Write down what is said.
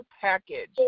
package